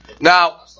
Now